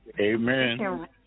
Amen